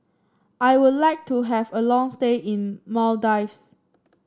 I would like to have a long stay in Maldives